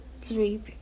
three